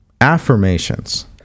affirmations